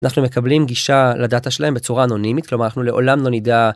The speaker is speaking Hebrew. אנחנו מקבלים גישה לדאטה שלהם בצורה אנונימית כלומר אנחנו לעולם לא נדע